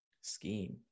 Scheme